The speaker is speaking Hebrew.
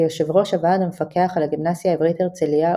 כיו"ר הוועד המפקח של הגימנסיה העברית הרצליה,